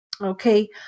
okay